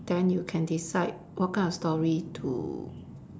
then you can decide what kind of story to